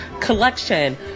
collection